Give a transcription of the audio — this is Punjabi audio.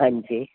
ਹਾਂਜੀ